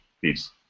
Peace